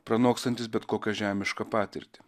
pranokstantis bet kokią žemišką patirtį